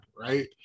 Right